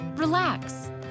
Relax